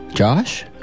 Josh